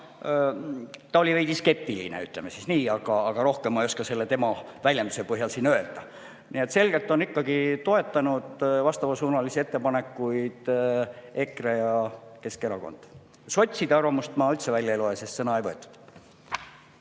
Ta oli veidi skeptiline, ütleme nii, aga rohkem ma ei oska tema väljenduse põhjal siin öelda. Selgelt on ikkagi toetanud vastavasuunalisi ettepanekuid EKRE ja Keskerakond. Sotside arvamust ma üldse siit välja ei loe, sest sõna ei võetud.